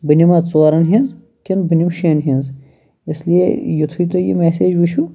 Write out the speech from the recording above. بہٕ نَما ژورَن ہِنٛز کِنہ بہٕ نِمہ شیٚن ہِنٛز اِسلیے یُتھٕے تُہۍ یہِ میٚسیج وٕچھِو